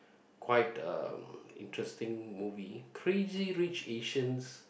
quite uh interesting movie Crazy Rich Asians